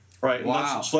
right